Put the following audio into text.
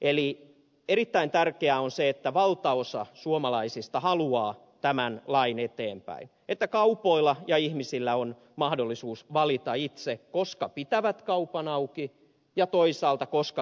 eli erittäin tärkeää on se että valtaosa suomalaisista haluaa tämän lain eteenpäin että kaupoilla ja ihmisillä on mahdollisuus valita itse koska pitävät kaupan auki ja toisaalta koska kauppaan menevät